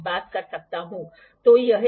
तो यह बहुत ही मान्य पाॅइंट है